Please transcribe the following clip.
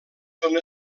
són